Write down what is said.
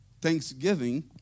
Thanksgiving